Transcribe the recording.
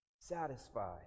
satisfied